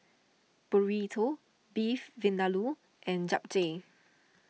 Burrito Beef Vindaloo and Japchae